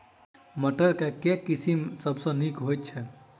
मटर केँ के किसिम सबसँ नीक होइ छै?